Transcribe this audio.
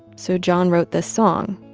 so john wrote this song,